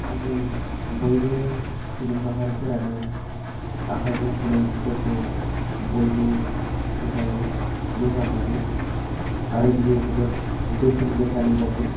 जों बयबो सुबुं माहारिफोरानो आखाइजों सुनाय सिफोरखौ बयबो फसायो मोजां मोनो आरो बियो जोबोद बेसेन गोसानि जायो